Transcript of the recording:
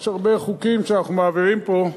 יש הרבה חוקים שאנחנו מעבירים פה,